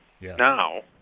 now